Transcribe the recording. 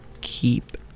keep